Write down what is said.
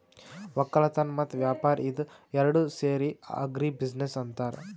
ವಕ್ಕಲತನ್ ಮತ್ತ್ ವ್ಯಾಪಾರ್ ಇದ ಏರಡ್ ಸೇರಿ ಆಗ್ರಿ ಬಿಜಿನೆಸ್ ಅಂತಾರ್